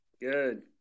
Good